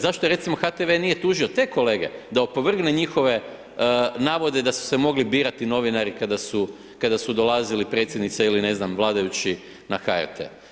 Zašto je recimo HTV nije tužio te kolege da opovrgne njihove navode da su se mogli birati novinari kada su dolazili predsjednica ili vladajući na HRT?